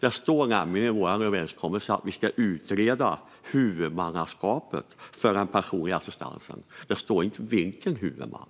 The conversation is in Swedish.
Det står nämligen i vår överenskommelse att vi ska utreda huvudmannaskapet för den personliga assistansen. Det står inte vilken huvudman.